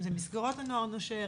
אם אלה מסגרות נוער נושר,